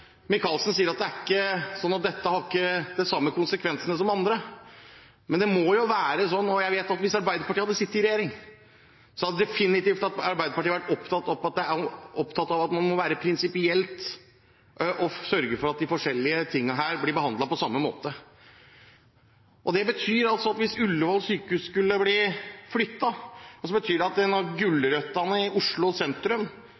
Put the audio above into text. Micaelsen sier at det er ikke sånn, at dette har ikke de samme konsekvensene som i andre tilfeller, men det må jo være sånn. Og jeg vet at hvis Arbeiderpartiet hadde sittet i regjering, hadde Arbeiderpartiet definitivt vært opptatt av at man må være prinsipiell og sørge for at de forskjellige tingene blir behandlet på samme måte. Hvis man skulle følge Senterpartiets forslag fullt ut, betyr det at hvis Ullevål sykehus skulle bli flyttet, måtte en av